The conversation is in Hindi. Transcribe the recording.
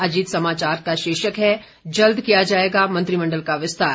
अजीत समाचार का शीर्षक है जल्द किया जाएगा मंत्रिमण्डल का विस्तार